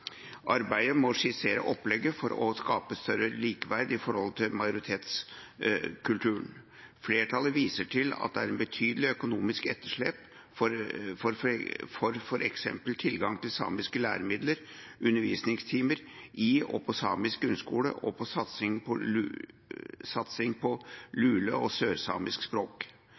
Arbeidet må skissere opplegget for i større grad å skape likeverd i forhold til majoritetskulturen. Flertallet viser til at det er et betydelig økonomisk etterslep i f. eks. tilgang til samiske læremidler, undervisningstimer i og på samisk i grunnskolen og satsing på lule- og sørsamisk språk.